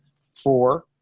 four